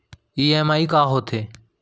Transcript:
EMI का होथे?